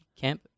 camp